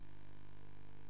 (הישיבה נפסקה בשעה